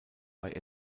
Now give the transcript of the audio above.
bei